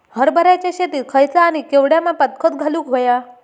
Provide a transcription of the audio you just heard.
हरभराच्या शेतात खयचा आणि केवढया मापात खत घालुक व्हया?